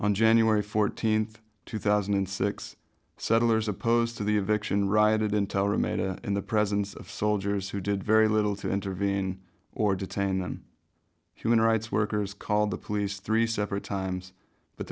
on january fourteenth two thousand and six settlers opposed to the eviction rioted intel remained in the presence of soldiers who did very little to intervene or detain them human rights workers called the police three separate times but